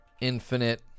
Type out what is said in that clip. infinite